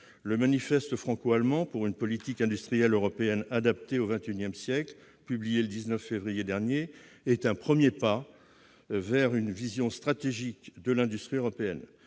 Le manifeste franco-allemand pour une politique industrielle européenne adaptée au XXI siècle, publié le 19 février dernier, est un premier pas vers une vision stratégique de l'industrie européenne.